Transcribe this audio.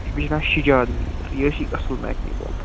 أمِس چھِ ناو سجاد میٖر یہِ حظ چھی اَصٕل میکنِک واللہ